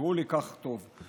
שנחקקו לי ככה טוב".